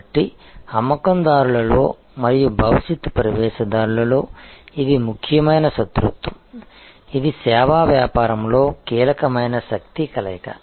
కాబట్టి అమ్మకందారులలో మరియు భవిష్యత్ ప్రవేశదారులలో ఇది చాలా ముఖ్యమైన శత్రుత్వం ఇది సేవా వ్యాపారంలో కీలకమైన శక్తి కలయిక